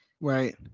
right